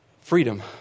freedom